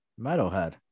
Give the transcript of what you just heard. metalhead